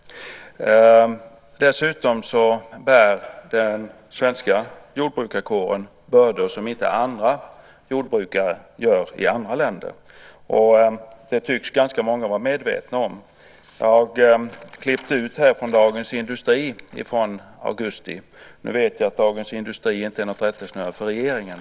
Dessutom bär den svenska jordbrukarkåren bördor som inte jordbrukare i andra länder bär. Det tycks ganska många vara medvetna om. Jag har här ett urklipp från Dagens Industri i augusti. Jag vet att Dagens Industri inte är något rättesnöre för regeringen.